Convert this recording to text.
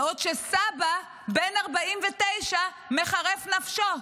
בעוד שסבא בן 49 מחרף נפשו?